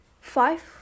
Five